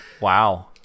Wow